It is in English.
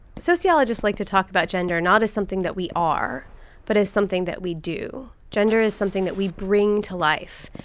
sociologists like to talk about gender not as something that we are but as something that we do. gender is something that we bring to life.